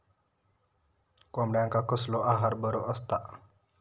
कोंबड्यांका कसलो आहार बरो असता?